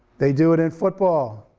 they do it in football.